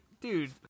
dude